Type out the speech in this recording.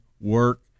work